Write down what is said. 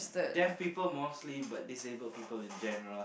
deaf people mostly but disabled people in general